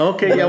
Okay